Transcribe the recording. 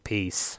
Peace